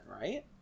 right